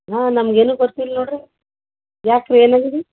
ಹಾಂ ನಮ್ಗೆ ಏನು ಗೊತ್ತಿಲ್ಲ ನೋಡಿರಿ ಯಾಕೆ ರೀ ಏನಾಗಿದೆ